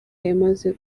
yamaze